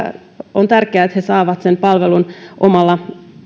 on tärkeää että ihmiset saavat sen palvelun omalla